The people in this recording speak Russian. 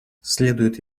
следует